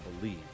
believe